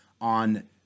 on